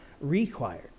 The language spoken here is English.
required